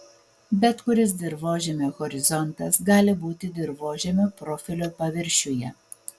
bet kuris dirvožemio horizontas gali būti dirvožemio profilio paviršiuje